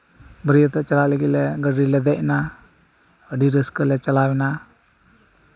ᱵᱟᱹᱨᱭᱟᱹᱛᱚᱜ ᱪᱟᱞᱟᱜ ᱞᱟᱹᱜᱤᱫ ᱜᱟᱹᱰᱤ ᱨᱮᱞᱮ ᱫᱮᱡ ᱮᱱᱟ ᱟᱹᱰᱤ ᱨᱟᱹᱥᱠᱟᱹᱞᱮ ᱪᱟᱞᱟᱣᱮᱱᱟ